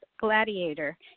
Gladiator